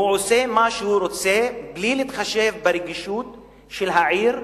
הוא עושה מה שהוא רוצה בלי להתחשב ברגישות של העיר,